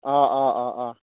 অঁ অঁ অঁ অঁ